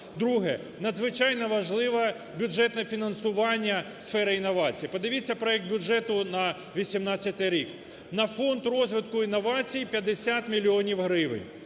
Друге. Надзвичайно важливе бюджетне фінансування в сфері інновацій. Подивіться проект бюджету на 2018 рік, на Фонд розвитку інновацій – 50 мільйонів гривень.